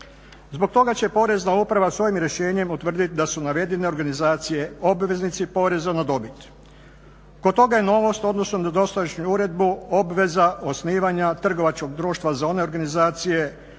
Zbog toga će porezna uprava s ovim rješenjem utvrditi da su navedene organizacije obveznici poreza na dobit. Kod toga je novost, odnosno … uredbu obveza osnivanja trgovačkog društva za one organizacije